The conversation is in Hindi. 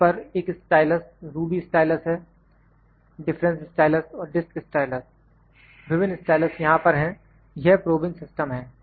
इस पर एक स्टाइलस रूबी स्टाइलस है डिफ़्रन्स् स्टाइलस और डिस्क स्टाइलस विभिन्न स्टाइलस यहां पर हैं यह प्रॉबिंग सिस्टम है